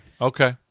Okay